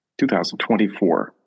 2024